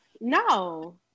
No